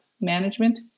management